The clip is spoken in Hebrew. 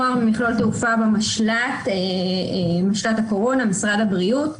מוהר ממכלול תעופה במשל"ט הקורונה, משרד הבריאות.